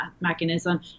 mechanism